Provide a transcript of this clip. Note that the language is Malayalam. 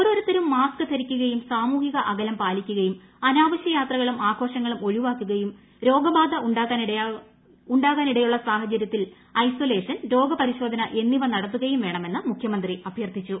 ഓരോരുത്തരും മാസ്ക് ധരിക്കുകയും സാമൂഹിക അകലം പാലിക്കുകയും അനാവശൃ യാത്രകളും ആഘോഷങ്ങളും ഒഴിവാക്കുകയും രോഗബാധ ഉണ്ടാകാനിടയുള്ള സാഹചരൃത്തിൽഐസൊലേഷൻ രോഗപരിശോധന എന്നിവ നടത്തുകയും വേണമെന്ന് മുഖ്യമന്ത്രി അഭ്യർത്ഥിച്ചു